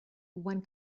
one